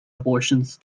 abortions